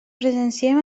presenciem